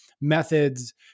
methods